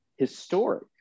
historic